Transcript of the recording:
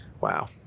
wow